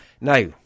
Now